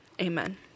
Amen